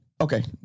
Okay